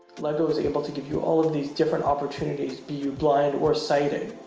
lego is able to give you all of these different opportunities be you blind or sighted